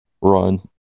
run